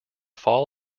fall